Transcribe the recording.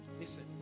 listen